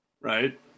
right